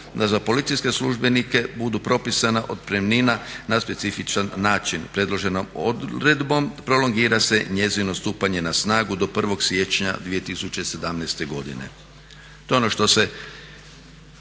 da za policijske službenike budu propisana otpremnina na specifičan način. Predloženom odredbom prolongira se njezino stupanje na snagu do 1. siječnja 2017. godine. To je ono što se